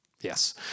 Yes